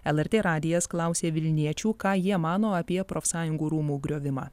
lrt radijas klausė vilniečių ką jie mano apie profsąjungų rūmų griovimą